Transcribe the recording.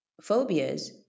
phobias